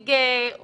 נציג או